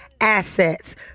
assets